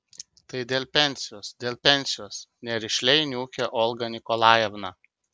tai dėl pensijos dėl pensijos nerišliai niūkė olga nikolajevna